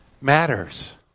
matters